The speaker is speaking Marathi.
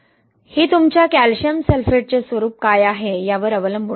हे तुमच्या कॅल्शियम सल्फेटचे स्वरूप काय आहे यावर अवलंबून आहे